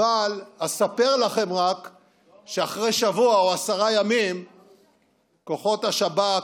אבל רק אספר לכם שאחרי שבוע או עשרה ימים כוחות השב"כ